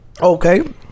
Okay